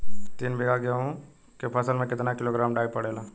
तीन बिघा गेहूँ के फसल मे कितना किलोग्राम डाई पड़ेला?